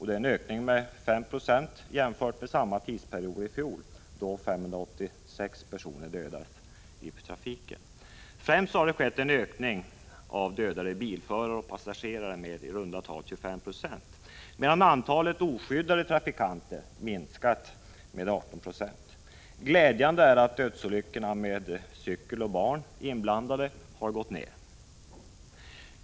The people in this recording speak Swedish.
Det är en ökning med 5 90 jämfört med samma period i fjol, då 586 dödades i trafiken. Främst har det skett en ökning av antalet dödade bilförare och passagerare, med i runda tal 25 26, medan antalet dödade och skadade oskyddade trafikanter har minskat med 18 926. Glädjande är att dödsolyckor med cykel och barn inblandade har gått ned.